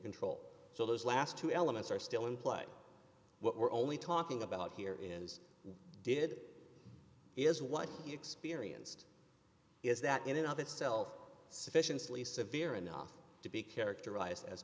control so those last two elements are still in play what we're only talking about here is did is what he experienced is that in another self sufficient sleaze severe enough to be characterized as